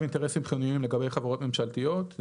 אינטרסים חיוניים לגבי חברות ממשלתיות.